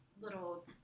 little